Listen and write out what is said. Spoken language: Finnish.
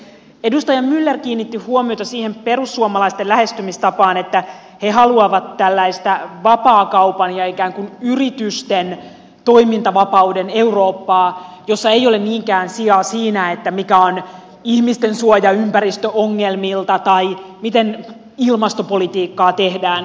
edustaja myller kiinnitti huomiota siihen perussuomalaisten lähestymistapaan että he haluavat tällaista vapaakaupan ja ikään kuin yritysten toimintavapauden eurooppaa jossa ei ole niinkään sijaa siinä mikä on ihmisten suoja ympäristöongelmilta tai miten ilmastopolitiikkaa tehdään